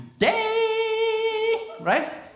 right